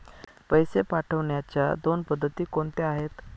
पैसे पाठवण्याच्या दोन पद्धती कोणत्या आहेत?